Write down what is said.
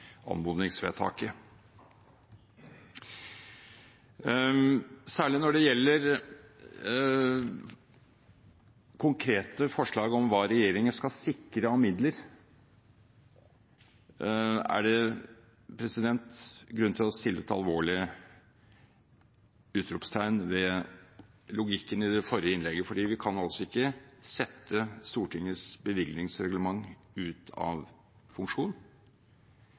anmodningsvedtaket. Særlig når det gjelder konkrete forslag om hva regjeringen skal sikre av midler, er det grunn til å sette et «alvorlig» utropstegn ved logikken i det forrige innlegget, for vi kan altså ikke sette Stortingets bevilgningsreglement ut av